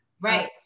Right